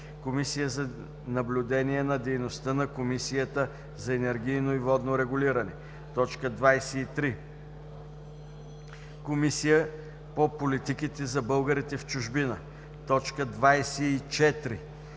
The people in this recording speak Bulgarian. Комисия за наблюдение на дейността на Комисията за енергийно и водно регулиране; 23. Комисия по политиките за българите в чужбина; 24.